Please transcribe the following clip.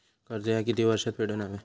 कर्ज ह्या किती वर्षात फेडून हव्या?